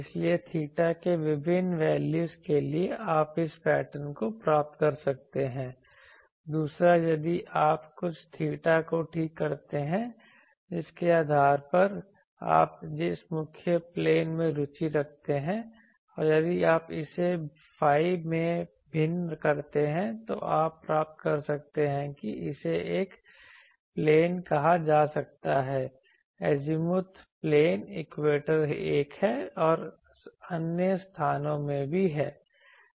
इसलिए थीटा के विभिन्न वैल्यूज़ के लिए आप इस पैटर्न को प्राप्त कर सकते हैं दूसरा यदि आप कुछ थीटा को ठीक करते हैं जिसके आधार पर आप जिस मुख्य प्लेन में रुचि रखते हैं और यदि आप इसे phi में भिन्न करते हैं तो आप प्राप्त कर सकते हैं कि इसे एक प्लेन कहा जा सकता हैअज़ीमुथ प्लेन इक्वेटर एक है या अन्य स्थानों में भी है